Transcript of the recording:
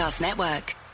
network